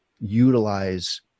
utilize